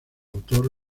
autor